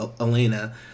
Elena